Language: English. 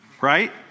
Right